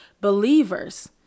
believers